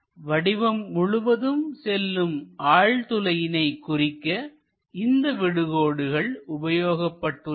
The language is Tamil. வடிவம் முழுவதும் செல்லும் ஆழ் துளையினை குறிக்க இந்த விடு கோடுகள் உபயோகிக்கபட்டுள்ளன